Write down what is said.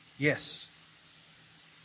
yes